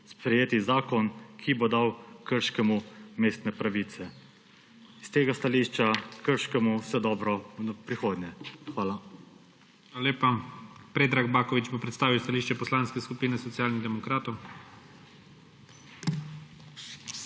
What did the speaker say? sprejeti zakon, ki bo dal Krškemu mestne pravice. S tega stališča Krškemu vse dobro v prihodnje. Hvala.